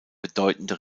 bedeutende